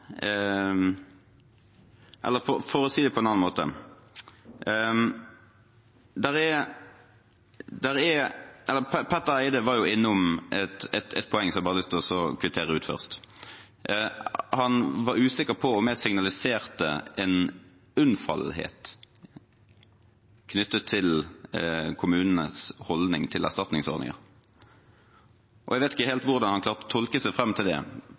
Eide var innom et poeng som jeg har lyst til å kvittere ut. Han var usikker på om jeg signaliserte en unnfallenhet knyttet til kommunenes holdning til erstatningsordninger. Jeg vet ikke helt hvordan han klarte å tolke seg fram til det,